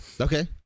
Okay